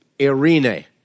irene